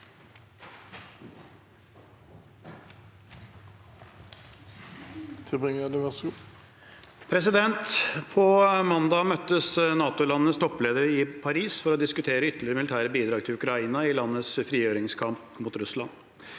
På mandag møttes NATO-landenes toppledere i Paris for å diskutere ytterligere militære bidrag til Ukraina i landets frigjøringskamp mot Russland.